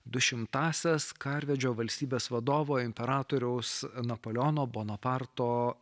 du šimtąsias karvedžio valstybės vadovo imperatoriaus napoleono bonaparto